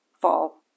fall